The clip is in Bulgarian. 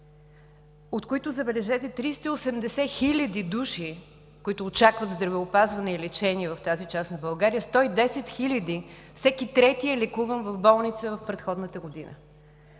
от които, забележете, 380 000 души очакват здравеопазване и лечение в тази част на България, като 110 хиляди – всеки трети, е лекуван в болница в предходната година.